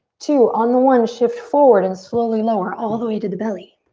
two. on the one, shift forward and slowly lower all the way to the belly.